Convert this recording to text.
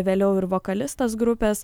vėliau ir vokalistas grupės